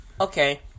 Okay